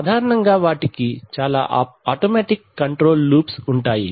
సాధారణంగా వాటికి చాలా ఆటోమెటిక్ కంట్రోల్ లూప్స్ ఉంటాయి